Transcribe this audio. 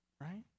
Right